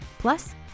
Plus